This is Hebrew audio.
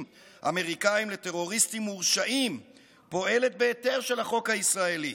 אמריקאיים לטרוריסטים מורשעים פועלת בהיתר של החוק הישראלי?